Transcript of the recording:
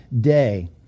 day